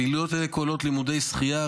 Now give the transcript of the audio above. פעילויות אלו כוללות לימודי שחייה,